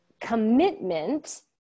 commitment